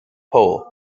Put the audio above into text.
pole